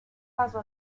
pasó